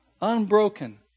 Unbroken